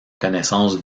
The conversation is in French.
connaissance